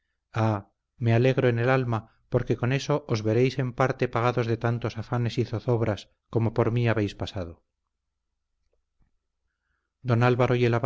me alegro en el alma porque con eso os veréis en parte pagados de tantos afanes y zozobras como por mí habéis pasado don álvaro